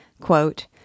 quote